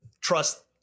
trust